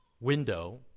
window